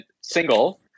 single